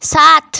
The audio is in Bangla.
সাত